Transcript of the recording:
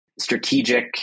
Strategic